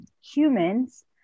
humans